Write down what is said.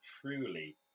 truly